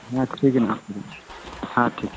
ᱦᱮᱸ ᱛᱚ ᱴᱷᱤᱠ ᱜᱮᱭᱟ ᱦᱟᱜ ᱦᱮᱸ ᱴᱷᱤᱠ